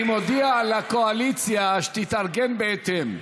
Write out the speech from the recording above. אני מודיע לקואליציה שתתארגן בהתאם.